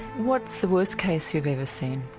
what's the worst case you've ever seen?